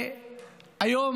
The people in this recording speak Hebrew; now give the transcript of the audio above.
היום